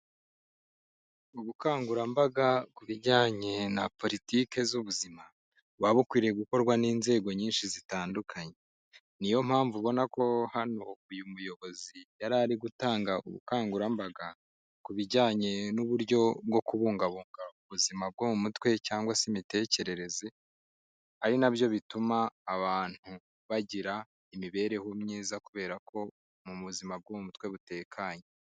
Ubukangurambaga ku bijyanye na poritike z'ubuzima, buba bukwiriye gukorwa n'inzego nyinshi zitandukanye. Niyo mpamvu ubona ko hano uyu muyobozi yari ari gutanga ubukangurambaga ku bijyanye n'uburyo bwo kubungabunga ubuzima bwo mu mutwe cyangwa se imitekerereze, ari nabyo bituma abantu bagira imibereho myiza kubera ko mu buzima bwo mu mutwe butekanye.